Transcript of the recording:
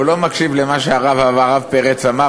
הוא לא מקשיב למה שהרב פרץ אמר,